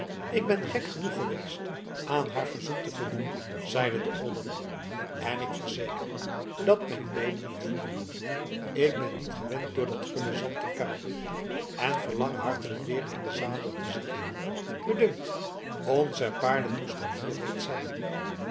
ik ben gek genoeg geweest aan haar verzoek te voldoen zeide de olderman en ik verzeker u dat mijn beenen het voelen ik ben niet gewend door dat gulle zand te kruien en verlang hartelijk weer in den zadel te zitten mij dunkt onze paarden moesten hier reeds zijn